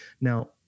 Now